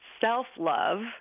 self-love